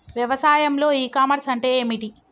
వ్యవసాయంలో e commerce అంటే ఏమిటి?